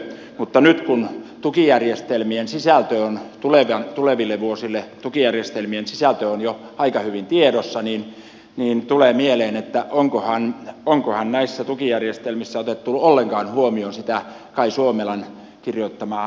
mutta nyt kun tukijärjestelmien sisältö on tuleville vuosille jo aika hyvin tiedossa tulee mieleen että onkohan näissä tukijärjestelmissä otettu ollenkaan huomioon sitä kai suomelan kirjoittamaa ansiokasta raporttia